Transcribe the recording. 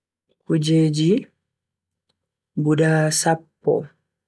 Kujeji guda sappo.